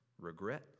Regret